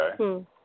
Okay